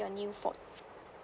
your new phone